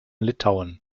litauen